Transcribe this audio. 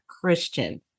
Christian